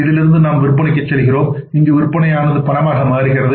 இதிலிருந்து நாம் விற்பனைக்குச் செல்கிறோம் இங்கு விற்பனையானது பணமாக மாறுகின்றது